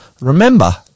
remember